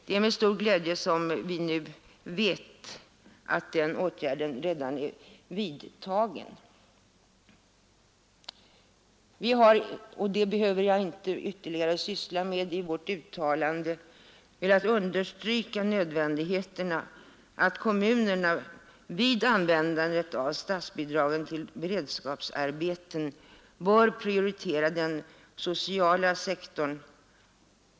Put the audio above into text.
Det är med stor glädje som vi nu konstaterat att den åtgärden redan är vidtagen. Vi har i vårt uttalande velat understryka ”att kommunerna vid användandet av statsbidragen till beredskapsarbeten bör prioritera den sociala sektorn.